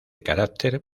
carácter